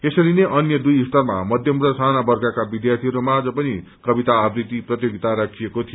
यसरीनै अन्य दुई स्तरमा मध्यम र साना वर्गका विध्यार्थीहरू माझ पनि कविता आवृति प्रतियोगिता राखिएको थियो